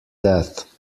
death